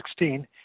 2016